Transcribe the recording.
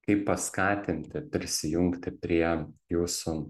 kaip paskatinti prisijungti prie jūsų